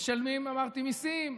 משלמים מיסים,